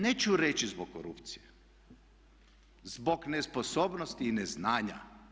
Neću reći zbog korupcije, zbog nesposobnosti i neznanja.